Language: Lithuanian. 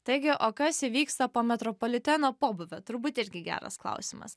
taigi o kas įvyksta po metropoliteno pobūvio turbūt irgi geras klausimas